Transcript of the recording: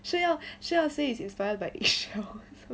xuan yao xuan yao say is inspired by egg shell [one]